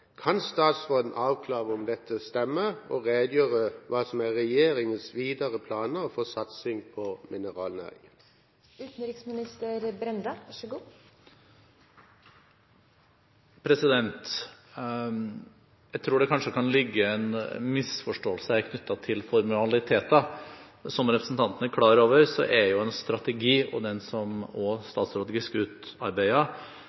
Kan statsråden avklare om dette stemmer, og redegjøre for hva som er regjeringens videre planer for satsing på mineralnæringen?» Jeg tror det kanskje kan foreligge en misforståelse her, knyttet til formaliteter. Som representanten er klar over, er en strategi – også den som tidligere statsråd Giske utarbeidet – en beskrivelse av den politikken regjeringen fører på et gitt område, og